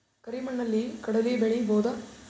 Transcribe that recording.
ಕರಿ ಮಣ್ಣಲಿ ಕಡಲಿ ಬೆಳಿ ಬೋದ?